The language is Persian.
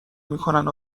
میکنن